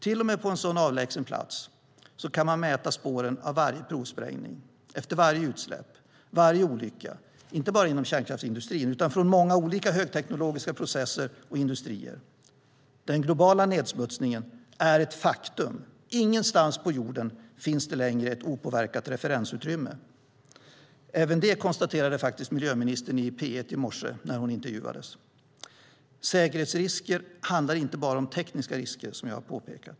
Till och med på en så avlägsen plats kan man mäta spåren av varje provsprängning, varje utsläpp och varje olycka inte bara inom kärnkraftsindustrin utan från många olika högteknologiska processer och industrier. Den globala nedsmutsningen är ett faktum. Ingenstans på jorden finns längre ett opåverkat referensutrymme. Även detta konstaterade miljöministern i P1 i morse när hon intervjuades. Säkerhetsrisker handlar inte bara om tekniska risker.